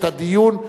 את הדיון,